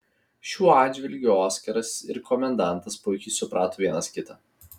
šiuo atžvilgiu oskaras ir komendantas puikiai suprato vienas kitą